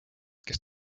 kes